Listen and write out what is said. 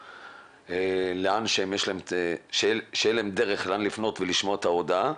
שתהיה להם דרך לאן לפנות ולשמוע את ההודעה.